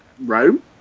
Rome